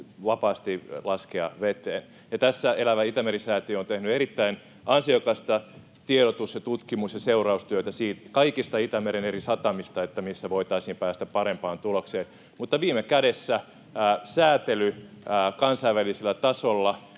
vapaasti laskea veteen. Elävä Itämeri ‑säätiö on tehnyt erittäin ansiokasta tiedotus- ja tutkimus- ja seuraustyötä kaikista Itämeren eri satamista siinä, kuinka voitaisiin päästä parempaan tulokseen. Mutta viime kädessä säätely kansainvälisellä tasolla